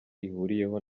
ihuriyeho